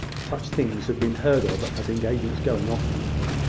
such things have been heard of as engagements going off, you know.